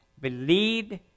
believed